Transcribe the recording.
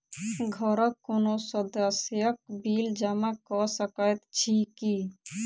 घरक कोनो सदस्यक बिल जमा कऽ सकैत छी की?